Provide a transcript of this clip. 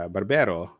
Barbero